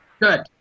Good